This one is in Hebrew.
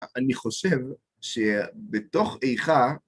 אני חושב שבתוך איכה